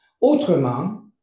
autrement